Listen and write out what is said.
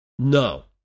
No